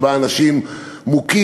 שבה אנשים מוכים.